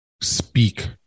speak